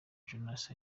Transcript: jonas